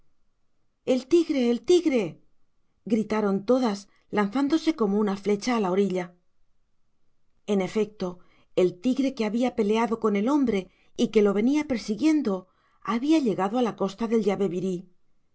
el tigre el tigre gritaron todas lanzándose como una flecha a la orilla en efecto el tigre que había peleado con el hombre y que lo venía persiguiendo había llegado a la costa del yabebirí